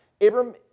Abram